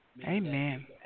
Amen